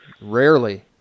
rarely